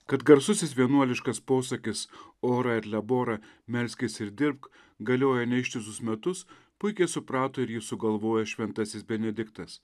kad garsusis vienuoliškas posakis orą ir labora melskis ir dirbk galioja ne ištisus metus puikiai suprato ir jį sugalvojo šventasis benediktas